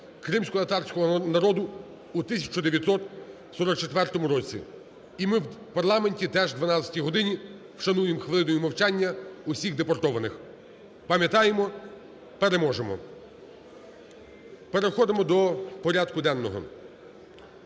кримськотатарського народу у 1944 році. І ми в парламенті теж о 12 годині вшануємо хвилиною мовчання усіх депортованих. Пам'ятаємо, переможемо. Переходимо до порядку денного.